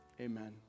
amen